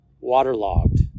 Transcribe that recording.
waterlogged